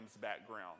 background